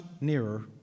nearer